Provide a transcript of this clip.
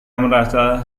merasa